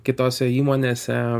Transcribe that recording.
kitose įmonėse